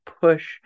push